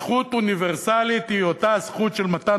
זכות אוניברסלית היא אותה זכות של מתן